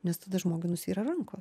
nes tada žmogui nusvyra ranko